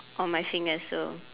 on my fingers so